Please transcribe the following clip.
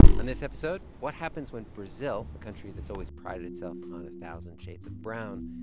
on this episode, what happens when brazil, a country that's always prided itself on a thousand shades of brown,